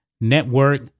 Network